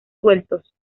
sueltos